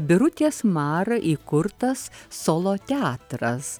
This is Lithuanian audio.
birutės mar įkurtas solo teatras